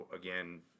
again